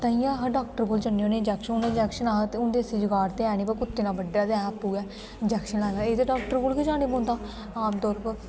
तांइये अस डाॅक्टर कोल जन्ने होन्ने इंजेक्शन दा दैसी जुगाड़ ते है नी कि कुत्ते ने बड्ढेआ ते अस आपू गै इंजेकशन लाई लैचे एह् ते डाॅक्टर कोल जाने पौंदा आमतोर उप्पर